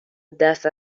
دست